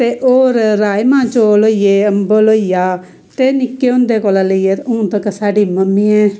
ते होर राजमां चौल होईये अम्बल होईया ते निक्के होंदे कोला लेईयै हून तकर साढ़ी मम्मियै